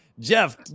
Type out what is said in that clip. Jeff